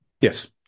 yes